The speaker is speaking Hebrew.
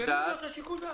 בסדר, נשאיר לו את שיקול דעת.